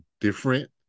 different